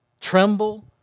tremble